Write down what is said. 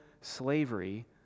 slavery